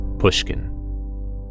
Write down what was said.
Pushkin